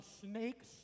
snakes